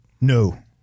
No